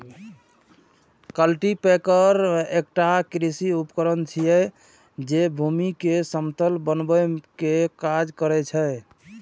cultipacker एकटा कृषि उपकरण छियै, जे भूमि कें समतल बनबै के काज करै छै